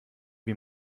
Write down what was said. wie